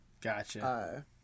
gotcha